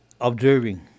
observing